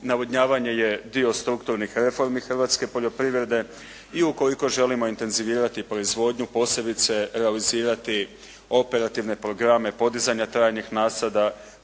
Navodnjavanje je dio strukturnih reformi hrvatske poljoprivrede i ukoliko želimo intenzivirati proizvodnju, posebice realizirati operativne programe podizanja trajnih nasada,